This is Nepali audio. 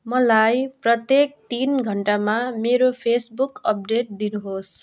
मलाई प्रत्येक तिन घन्टामा मेरो फेसबुक अपडेट दिनुहोस्